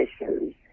issues